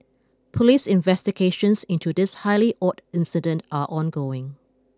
police investigations into this highly odd incident are ongoing